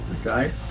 okay